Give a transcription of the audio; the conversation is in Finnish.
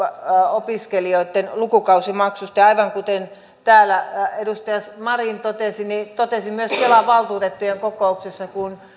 opiskelijoitten lukukausimaksusta aivan kuten täällä edustaja marin totesi ja totesin myös kelan valtuutettujen kokouksessa kun